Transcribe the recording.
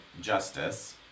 Justice